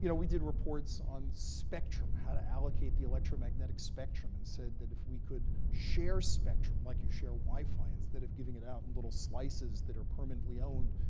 you know we did reports on spectrum how to allocate the electromagnetic spectrum and said that, if we could share spectrum, like you share wi-fi, instead of giving it out in little slices that are permanently owned,